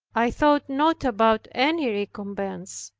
i thought not about any recompense,